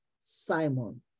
Simon